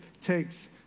takes